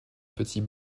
petit